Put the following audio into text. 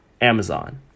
Amazon